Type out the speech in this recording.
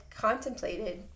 contemplated